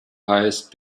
highest